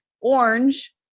Orange